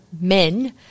men